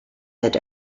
had